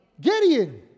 Gideon